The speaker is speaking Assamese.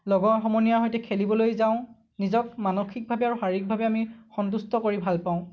লগৰ সমনীয়াৰ সৈতে খেলিবলৈ যাওঁ নিজক মানসিকভাৱে আৰু শাৰীৰিকভাৱে আমি সন্তুষ্ট কৰি ভালপাওঁ